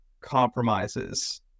compromises